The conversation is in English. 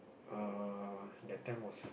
err that time was